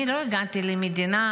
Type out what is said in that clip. אני לא הגעתי למדינה